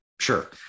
Sure